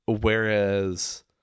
Whereas